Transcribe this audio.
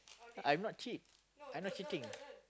I am not cheat I not cheating